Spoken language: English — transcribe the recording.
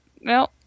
no